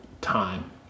time